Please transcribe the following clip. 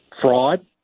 Fraud